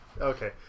Okay